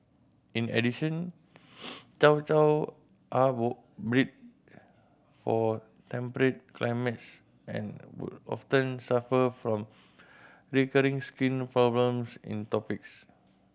in addition Chow Chow are all bred for temperate climates and would often suffer from recurring skin problems in tropics